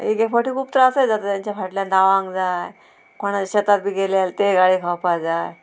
एक एक फावटी खूब त्रासय जाता तेंच्या फाटल्यान धांवंक जाय कोणाचे शेतांत बी गेले तें गाळी खावपा जाय